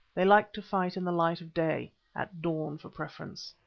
they like to fight in the light of day at dawn for preference.